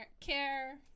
Care